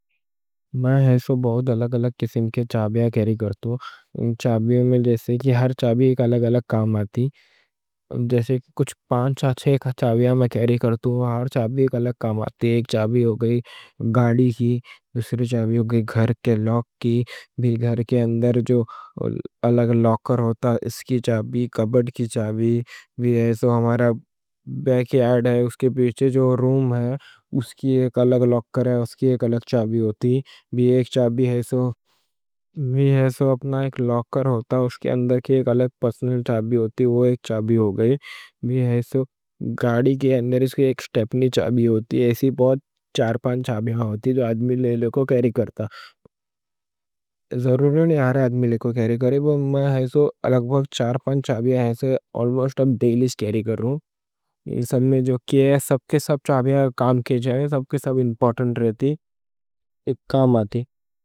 میں ایسو بہت الگ الگ قسم کے چابیاں کیری کرتو، چابیوں میں جیسے کہ ہر چابی ایک الگ الگ کام آتی۔ جیسے کچھ چار پانچ چابیاں میں کیری کرتو، ہر چابی ایک الگ کام آتی۔ گاڑی کی، گھر کے لاک کی، کَبَرڈ کی چابی بھی ہے۔ ہمارا بیک یارڈ ہے، اس کے پیچھے جو روم ہے، اس کی ایک الگ لاکر ہے، اس کی ایک الگ چابی ہوتی۔ اپنا ایک لاکر ہوتا، اس کے اندر ایک الگ پرسنل چابی ہوتی، وہ ایک چابی ہوگئی۔ گاڑی کی سٹیپنی کی چابی بھی رہتی۔ ایسی بہت چار پانچ چابیاں ہوتی جو آدمی لے کو کیری کرتا۔ ضروری نہیں آدمی لے کو کیری کرے، میں ایسو چار پانچ چابیاں ہے، ڈیلی کیری کرون۔ اس میں جو کیا ہے، سب کے سب چابیاں کام کی رہتی، سب کے سب امپورٹنٹ رہتی، ایک ایک کام آتی۔